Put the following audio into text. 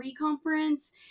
conference